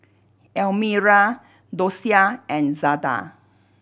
Almira Dosia and Zada